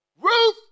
Ruth